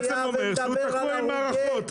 הוא בעצם אומר שהוא תקוע עם מערכות.